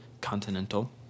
Continental